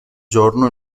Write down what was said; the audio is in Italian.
giorno